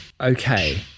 Okay